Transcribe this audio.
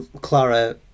Clara